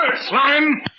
Slime